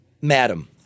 madam